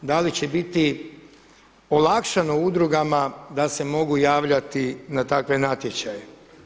Da li će biti olakšano udrugama da se mogu javljati na takve natječaje?